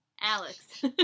Alex